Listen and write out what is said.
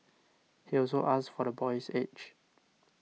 he also asked for the boy's age